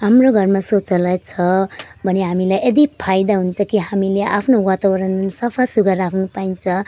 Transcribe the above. हाम्रो घरमा शौचालय छ भने हामीलाई यति फाइदा हुन्छ कि हामीले आफ्नो वातावरण सफा सुग्घर राख्न पाइन्छ